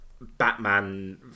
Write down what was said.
Batman